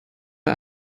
der